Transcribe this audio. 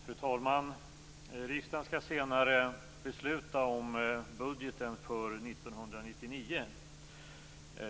Fru talman! Riksdagen skall senare besluta om budgeten för 1999.